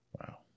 wow